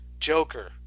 joker